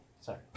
Sorry